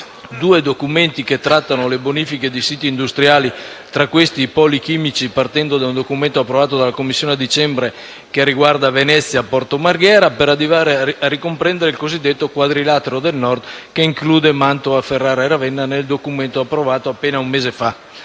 due documenti che trattano le bonifiche di siti industriali, tra cui i poli chimici, partendo da un documento approvato dalla Commissione nel dicembre scorso, che riguarda Venezia e Porto Marghera, per arrivare a ricomprendere il cosiddetto quadrilatero del Nord, che include Mantova, Ferrara e Ravenna nel documento approvato appena un mese fa.